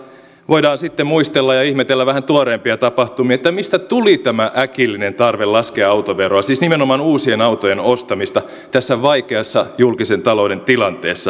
voidaan sitten muistella ja ihmetellä vähän tuoreempia tapahtumia että mistä tuli tämä äkillinen tarve laskea autoveroa siis nimenomaan uusien autojen ostamisesta tässä vaikeassa julkisen talouden tilanteessa